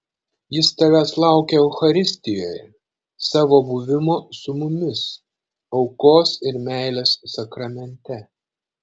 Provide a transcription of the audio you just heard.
jis tavęs laukia eucharistijoje savo buvimo su mumis aukos ir meilės sakramente